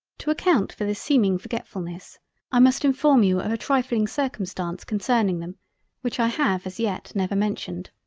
to account for this seeming forgetfullness i must inform you of a trifling circumstance concerning them which i have as yet never mentioned.